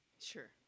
Sure